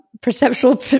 perceptual